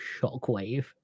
shockwave